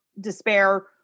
despair